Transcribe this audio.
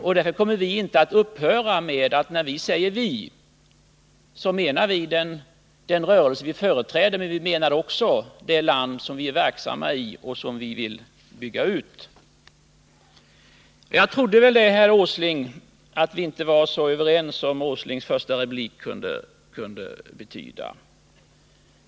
Vi kommer inte att upphöra med att säga vi om vår rörelse och vårt land. Det får professor Biörck finna sig i. Jag trodde väl, herr Åsling, att vi inte var så överens som herr Åslings första replik kunde antyda.